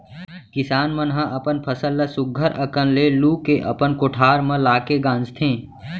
किसान मन ह अपन फसल ल सुग्घर अकन ले लू के अपन कोठार म लाके गांजथें